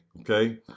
okay